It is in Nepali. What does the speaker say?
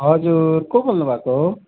हजुर को बोल्नु भएको